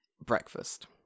breakfast